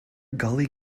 gully